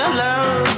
love